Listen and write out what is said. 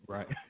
Right